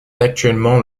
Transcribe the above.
actuellement